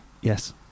yes